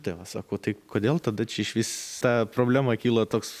tėvas sako tai kodėl tada čia išvis ta problema kyla toks